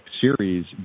series